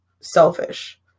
selfish